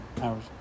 hours